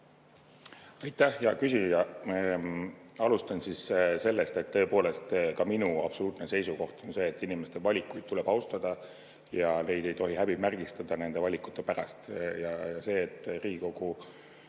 Aitäh, hea küsija! Ma alustan sellest, et tõepoolest, ka minu absoluutne seisukoht on see, et inimeste valikuid tuleb austada ja inimesi ei tohi häbimärgistada nende valikute pärast. See, et Riigikogu